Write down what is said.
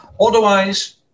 Otherwise